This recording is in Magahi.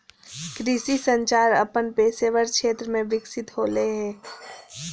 कृषि संचार अपन पेशेवर क्षेत्र में विकसित होले हें